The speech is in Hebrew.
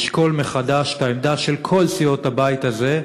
לשקול מחדש את העמדה של כל סיעות הבית הזה,